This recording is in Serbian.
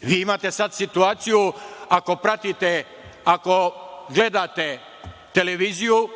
Vi imate sad situaciju, ako pratite, ako gledate televiziju,